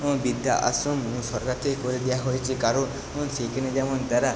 বৃদ্ধাশ্রম সরকার থেকে করে দেওয়া হয়েছে কারণ ওন সেইখানে যেমন তারা